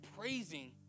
praising